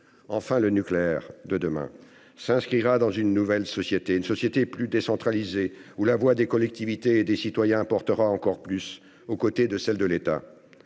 Enfin, le nucléaire de demain s'inscrira dans une nouvelle société : une société plus décentralisée, où la voix des collectivités et celle des citoyens porteront encore plus, aux côtés de celle de l'État